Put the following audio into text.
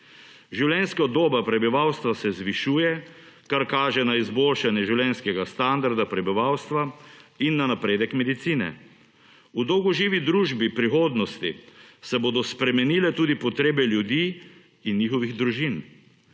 Življenjska doba prebivalstva se zvišuje, kar kaže na izboljšanje življenjskega standarda prebivalstva in na napredek medicine. V dolgoživi družbi v prihodnosti se bodo spremenile tudi potrebe ljudi in njihovih družin.